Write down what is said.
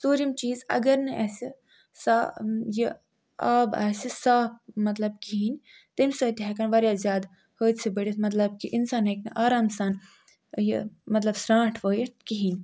ژوٗرِم چیٖز اگر نہٕ اَسہِ سا یہِ آب آسہِ صاف مَطلَب کِہیٖنٛۍ تَمہِ سۭتۍ تہِ ہیٚکَن واریاہ زیادٕ حٲدۍثہِ بٔڈِتھ مَطلَب کہِ اِنسان ہیٚکہِ نہٕ آرام سان یہِ مَطلَب سرٛانٛٹھ وٲیِتھ کِہیٖنٛۍ